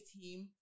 team